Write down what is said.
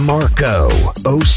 Marco